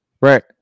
right